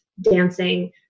dancing